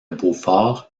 beaufort